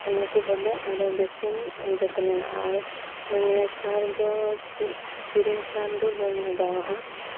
ᱚᱱᱠᱟ ᱠᱚ ᱵᱷᱟᱵᱮ ᱚᱱᱟ ᱠᱚ ᱵᱮᱥᱤᱧ ᱡᱚᱛᱱᱚᱭᱟ ᱟᱨ ᱢᱟᱱᱮ ᱥᱟᱨᱫᱚ ᱠᱤᱨᱤᱧ ᱥᱟᱨ ᱫᱚ ᱵᱟᱹᱧ ᱞᱟᱜᱟᱣᱟᱫᱼᱟ